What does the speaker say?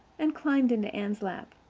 and climbed into anne's lap.